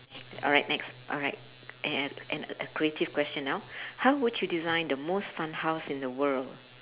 alright next alright a~ a~ and a creative question now how would you design the most fun house in the world